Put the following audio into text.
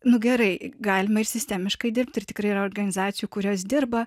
nu gerai galima ir sistemiškai dirbt ir tikrai yra organizacijų kurios dirba